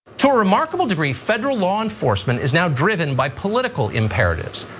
to a remarkable degree, federal law enforcement is now driven by political imperatives.